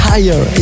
Higher